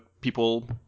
People